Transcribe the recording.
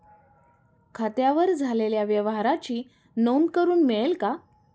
खात्यावर झालेल्या व्यवहाराची नोंद करून मिळेल का?